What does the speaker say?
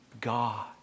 God